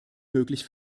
möglich